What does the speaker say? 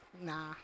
Nah